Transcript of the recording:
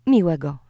Miłego